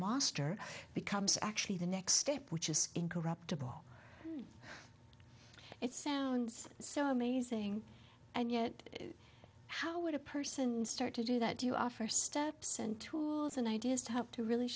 master becomes actually the next step which is incorruptible it sounds so amazing and yet how would a person start to do that you are first steps and tools and ideas to help to really